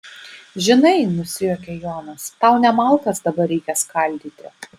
žinai nusijuokia jonas tau ne malkas dabar reikia skaldyti